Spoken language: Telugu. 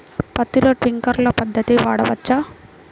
పత్తిలో ట్వింక్లర్ పద్ధతి వాడవచ్చా?